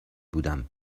بودم